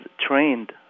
trained